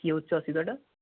কী হচ্ছে অসুবিধাটা